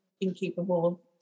incapable